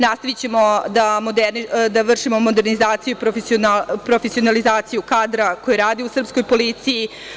Nastavićemo da vršimo modernizaciju, profesionalizaciju kadra koji radi u srpskoj policiji.